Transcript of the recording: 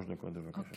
שלוש דקות, בבקשה.